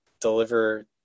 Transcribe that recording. deliver